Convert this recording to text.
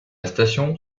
station